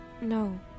No